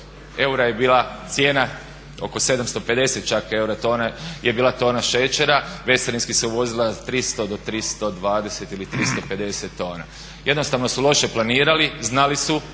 eura je bila cijena, oko 750 eura čak je bila tona šećera, bescarinski se uvozila za 300 do 320 ili 350 tona. Jednostavno su loše planirali, znali su,